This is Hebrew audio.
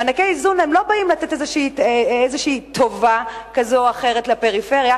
מענקי האיזון לא באים לתת איזו טובה כזאת או אחרת לפריפריה,